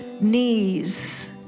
knees